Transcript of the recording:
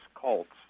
cults